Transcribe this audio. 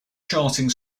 charting